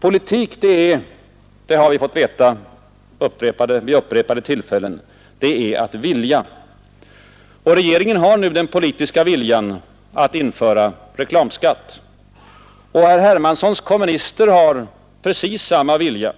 Politik är det har vi fått veta vid upprepade tillfällen — att vilja Regeringen har nu den politiska viljan att införa reklamskatt, och herr Hermanssons kommunister har precis samma vilja.